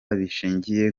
bishingiye